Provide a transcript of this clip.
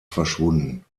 verschwunden